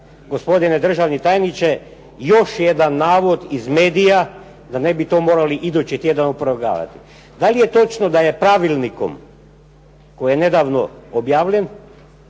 gospodine državni tajniče, još jedan navod iz medija, da ne bi to morali idući tjedan opovrgavati, da li je točno da su pravilnikom koji je nedavno objavljen